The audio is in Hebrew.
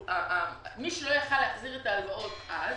מי שלא יכול היה להחזיר את ההלוואות אז,